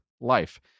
life